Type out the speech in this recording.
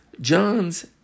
John's